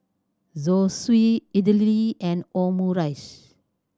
Zosui Idili and Omurice